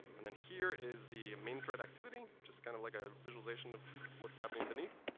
and then here is the main thread activity. just kind of like a visualization of what's happening beneath.